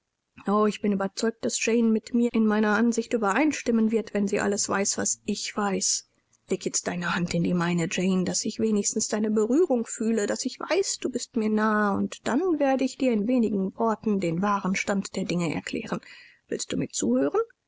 o ich bin überzeugt daß jane mit mir in meiner ansicht übereinstimmen wird wenn sie alles weiß was ich weiß leg jetzt deine hand in die meine jane daß ich wenigstens deine berührung fühle daß ich weiß du bist mir nahe und dann werde ich dir in wenigen worten den wahren stand der dinge erklären willst du mir zuhören